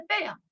fail